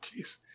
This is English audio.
Jeez